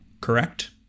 Correct